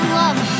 love